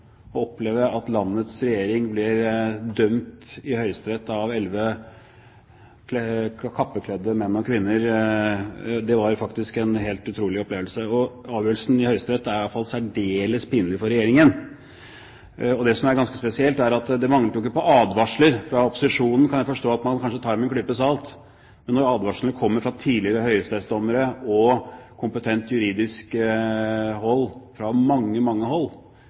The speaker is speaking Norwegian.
at landets regjering blir dømt i Høyesterett av elleve kappekledde menn og kvinner var faktisk en helt utrolig opplevelse, og avgjørelsen i Høyesterett er i hvert fall særdeles pinlig for Regjeringen. Det som er ganske spesielt, er at det jo ikke manglet på advarsler. Advarsler fra opposisjonen kan jeg kanskje forstå at man tar med en klype salt, men når advarslene kommer fra tidligere høyesterettsdommere og kompetent juridisk hold, fra mange, mange hold